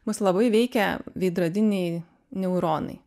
mus labai veikia veidrodiniai neuronai